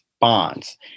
bonds